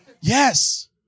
Yes